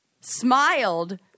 Smiled